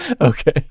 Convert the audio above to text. okay